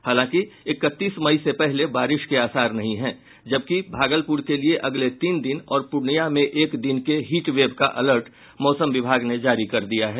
हालांकि इकतीस मई से पहले बारिश के आसार नहीं है जबकि भागलपुर के लिए अगले तीन दिन और पूर्णिया में एक दिन के हीट वेब का अलर्ट मौसम विभाग ने जारी किया है